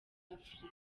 afurika